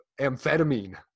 amphetamine